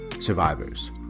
survivors